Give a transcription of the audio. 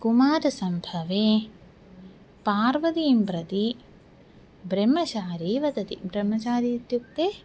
कुमारसम्भवे पार्वतीं प्रति ब्रह्मचारी वदति ब्रह्मचारी इत्युक्ते